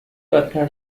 بدتر